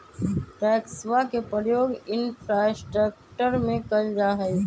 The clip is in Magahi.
टैक्सवा के प्रयोग इंफ्रास्ट्रक्टर में कइल जाहई